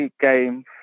game